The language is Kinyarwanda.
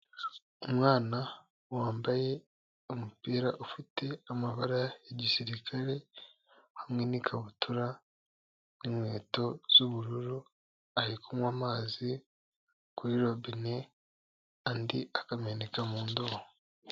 Umwana wambaye umupira ufite amabara ya gisirikare hamwe n'ikabutura n'inkweto z'ubururu ari kunywa amazi kuri robine andi akameneka mu ndobo.